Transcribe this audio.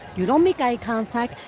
you don't make eye contact.